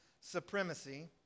supremacy